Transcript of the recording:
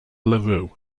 larue